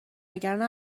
وگرنه